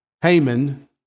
Haman